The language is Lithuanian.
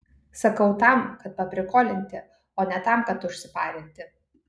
sakau tam kad paprikolinti o ne tam kad užsiparinti